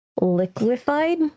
liquefied